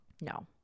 No